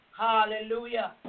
Hallelujah